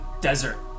desert